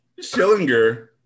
Schillinger